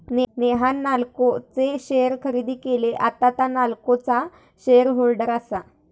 नेहान नाल्को चे शेअर खरेदी केले, आता तां नाल्कोचा शेअर होल्डर आसा